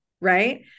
right